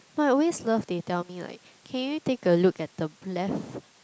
no I always love they tell me like can you take a look at the left